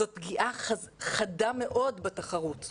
זו פגיעה חדה מאוד בתחרות.